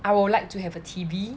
I would like to have a T_V